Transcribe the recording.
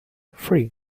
free